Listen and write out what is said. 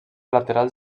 laterals